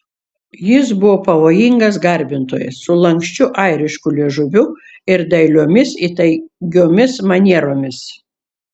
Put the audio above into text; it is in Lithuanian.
jis buvo pavojingas garbintojas su lanksčiu airišku liežuviu ir dailiomis įtaigiomis manieromis